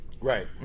Right